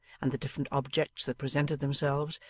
and the different objects that presented themselves,